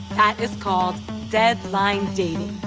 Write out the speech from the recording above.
is called deadline dating.